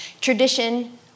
tradition